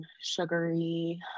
sugary